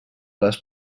les